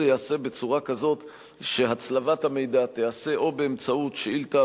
ייעשה בצורה כזאת שהצלבת המידע תיעשה או באמצעות שאילתא